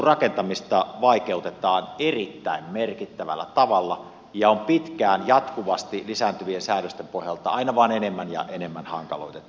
maaseuturakentamista vaikeutetaan erittäin merkittävällä tavalla ja on pitkään jatkuvasti lisääntyvien säädösten pohjalta aina vain enemmän ja enemmän hankaloitettu